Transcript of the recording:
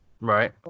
Right